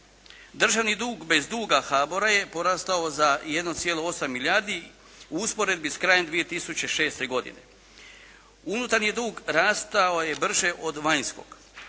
Državni dug bez duga HBOR-a je porastao za 1,8 milijardi u usporedbi s krajem 2006. godine. Unutarnji dug rastao je brže od vanjskog.